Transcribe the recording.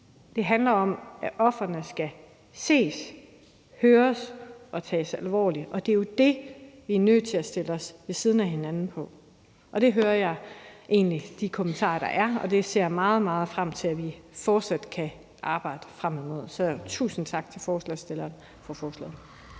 det handler om, at ofrene skal ses, høres og tages alvorligt. Det er jo der, vi er nødt til at stille os ved siden af hinanden. Det hører jeg egentlig også i de kommentarer, der er, og det ser jeg meget, meget frem til at vi fortsat kan arbejde frem imod. Så tusind tak til forslagsstilleren for forslaget.